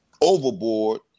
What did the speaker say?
overboard